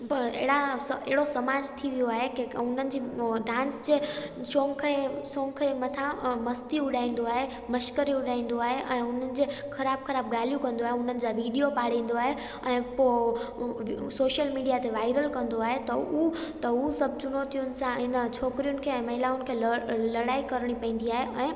पर अहिड़ा अहिड़ो सामाज थी वियो आहे की हुननि जी डांस जे शौक़ जे शौक़ जे मथां मस्तियूं उॾाईंदो आहे मश्करी उॾाईंदो आहे ऐं हुननि जे ख़राब ख़राब ॻाल्हियूं कंदो आहे हुननि जा वीडियो पाणींदो आहे ऐं पोइ सोशल मीडिया ते वायरल कंदो आहे त उहो त उहो सभु चुनौतियुनि सां इन छोकिरियुनि ऐं महिलाउनि खे लड़ाई करिणी पवंदी आहे ऐं